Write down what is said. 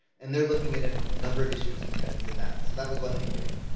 and they're looking at a number of issues and trends in that, so that was one meeting.